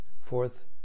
fourth